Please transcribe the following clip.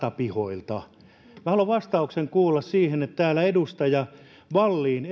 kuin ratapihoilta minä haluan vastauksen kuulla siihen kun täällä edustaja wallin